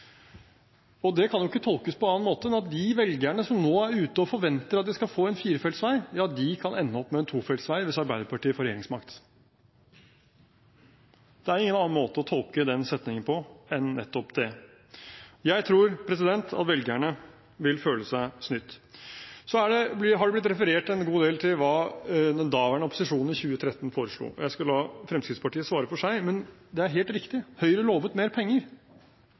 standardvalg. Det kan ikke tolkes på annen måte enn at de velgerne som nå er ute og forventer at de skal få en firefeltsvei, ja de kan ende opp med en tofeltsvei hvis Arbeiderpartiet får regjeringsmakt. Det er ingen annen måte å tolke den setningen på enn nettopp slik. Jeg tror at velgerne vil føle seg snytt. Så har det blitt referert en god del til hva den daværende opposisjonen foreslo i 2013. Jeg skal la Fremskrittspartiet svare for seg, men det er helt riktig, Høyre lovet mer penger.